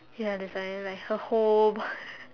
ya that's why it's like her home